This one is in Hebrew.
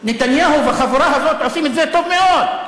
נתניהו והחבורה הזאת עושים את זה טוב מאוד.